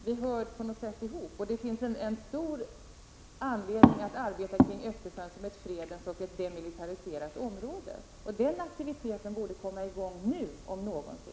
Vi hör på något sätt ihop. Det finns stor anledning att arbeta kring Östersjön som ett fredens och ett demilitariserat område. Den aktiviteten borde komma i gång nu, om någonsin.